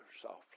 softly